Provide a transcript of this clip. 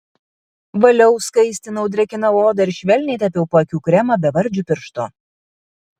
valiau skaistinau drėkinau odą ir švelniai tepiau paakių kremą bevardžiu pirštu